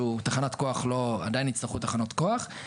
עדיין יצטרכו תחנות כוח,